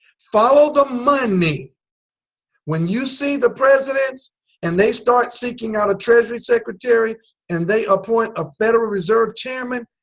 follow the mon-ey when you see the presidents and they start seeking out a treasury secretary and they appoint a federal reserve chairman.